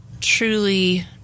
truly